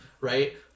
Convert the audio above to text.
right